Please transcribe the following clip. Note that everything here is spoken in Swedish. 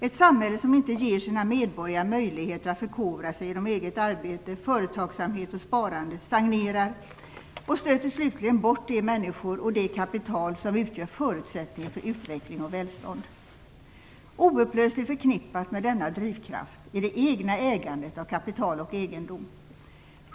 Ett samhälle som inte ger sina medborgare möjligheter att förkovra sig genom eget arbete, företagsamhet och sparande stagnerar och stöter slutligen bort de människor och det kapital som utgör förutsättningen för utveckling och välstånd. Oupplösligt förknippat med denna drivkraft är det egna ägandet av kapital och egendom.